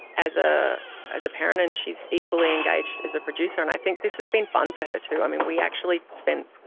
as ah as a parent. and she's equally engaged as a producer. and think this has been fun for her too. i mean, we actually spent,